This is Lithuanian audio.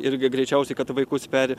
irgi greičiausiai kad vaikus peri